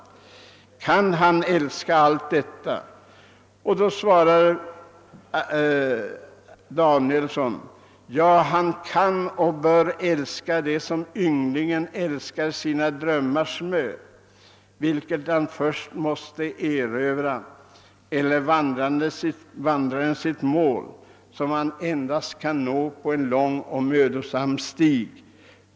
Kan han älska allt detta?» Danielsson svarade: »Ja, han kan och bör älska det som ynglingen älskar sina drömmars mö, vilken han först måste erövra, eller vandraren sitt mål, som han endast kan nå på en lång och mödosam stig.